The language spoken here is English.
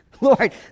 Lord